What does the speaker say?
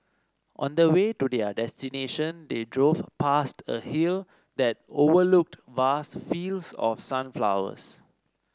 on the way to their destination they drove past a hill that overlooked vast fields of sunflowers